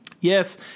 Yes